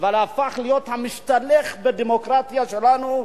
אבל הפך להיות המשתלח בדמוקרטיה שלנו,